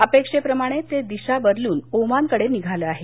अपेक्षेप्रमाणे ते दिशा बदलून ओमान कडे निघालं आहे